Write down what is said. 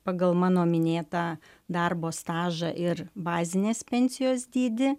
pagal mano minėtą darbo stažą ir bazinės pensijos dydį